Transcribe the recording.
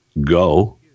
go